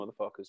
motherfuckers